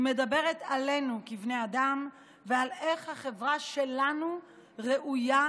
היא מדברת עלינו כבני אדם ועל איך ראוי שהחברה שלנו תתנהג.